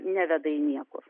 neveda į niekur